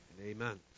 Amen